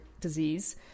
disease